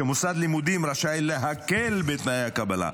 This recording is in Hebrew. שמוסד לימודים רשאי להקל בתנאי הקבלה.